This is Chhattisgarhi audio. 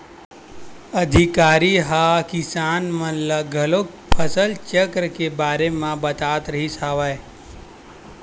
अधिकारी ह किसान मन ल घलोक फसल चक्र के बारे म बतात रिहिस हवय